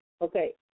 Okay